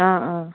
অ' অ'